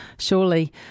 surely